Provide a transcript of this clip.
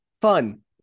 fun